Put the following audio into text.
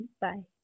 Bye